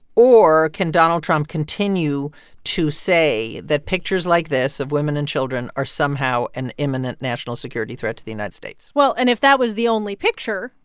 or can donald trump continue to say that pictures like this of women and children are somehow an imminent national security threat to the united states? well, and if that was the only picture.